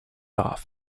off